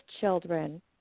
children